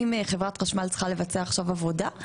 ואם חברת חשמל צריכה לבצע עכשיו עבודה,